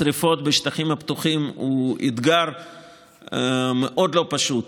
השרפות בשטחים הפתוחים הן אתגר מאוד לא פשוט